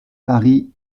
paris